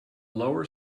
lower